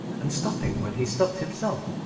and stopping when he stopped himself.